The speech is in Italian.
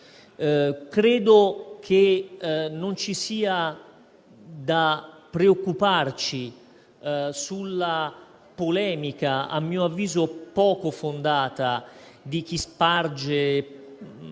credo che non ci sia da preoccuparsi della polemica, a mio avviso poco fondata, di chi sparge